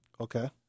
Okay